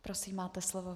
Prosím, máte slovo.